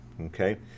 okay